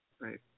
Right